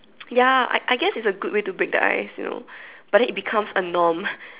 ya I I guess it's a good way to break the ice you know but then it becomes a norm